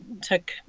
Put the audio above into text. took